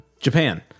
Japan